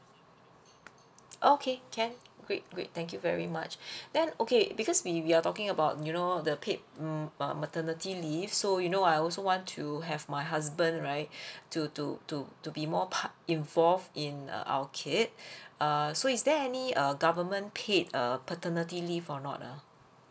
okay can great great thank you very much then okay because we we are talking about you know the paid mm uh maternity leave so you know I also want to have my husband right to to to to be more part involved in uh our kid uh so is there any uh government paid uh paternity leave or not ah